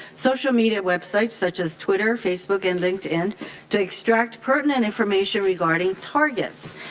social media websites such as twitter, facebook and linkedin to exact pertinent information regarding targets.